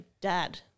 dad